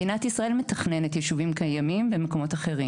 מדינת ישראל מתכננת יישובים קיימים במקומות אחרים.